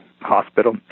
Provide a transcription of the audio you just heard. hospital